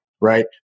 right